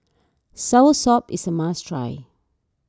Soursop is a must try